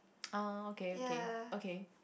oh okay okay okay